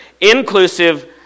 Inclusive